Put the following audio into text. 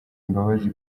imbabazi